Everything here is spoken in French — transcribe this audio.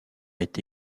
été